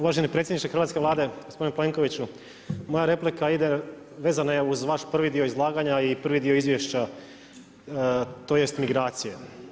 Uvaženi predsjedniče hrvatske Vlade, gospodine Plenkoviću, moja replika ide, vezana je uz vaš prvi dio izlaganja i prvi dio izvješća tj. migracije.